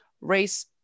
race